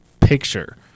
picture